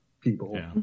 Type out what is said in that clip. people